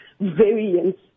variants